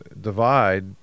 divide